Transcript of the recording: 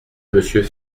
monsieur